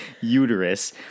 uterus